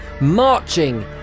marching